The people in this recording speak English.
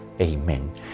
Amen